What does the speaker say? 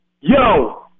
yo